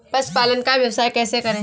पशुपालन का व्यवसाय कैसे करें?